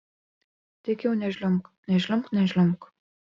tik jau nežliumbk nežliumbk nežliumbk